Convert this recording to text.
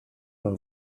nur